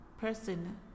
person